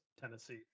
Tennessee